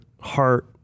heart